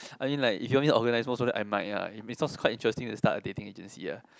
I mean like if you only organise most probably I might ah it may sounds quite interesting to start a dating agency ah